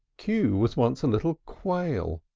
q was once a little quail,